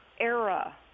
era